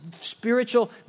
Spiritual